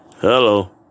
Hello